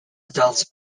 adults